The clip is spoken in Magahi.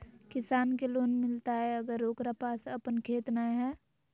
किसान के लोन मिलताय अगर ओकरा पास अपन खेत नय है?